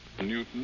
Newton